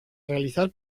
realizar